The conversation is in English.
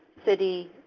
city,